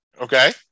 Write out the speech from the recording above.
Okay